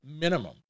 minimum